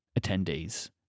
attendees